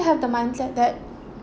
you have the mindset that